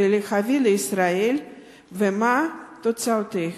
ולהביאם לישראל ומה תוצאותיהם?